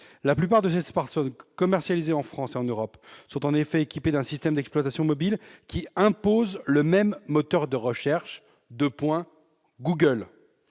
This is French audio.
La plupart de ces appareils commercialisés en France et en Europe sont en effet équipés d'un système d'exploitation mobile qui impose le même moteur de recherche- Google